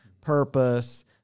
purpose